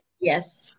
Yes